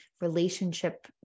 relationship